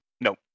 No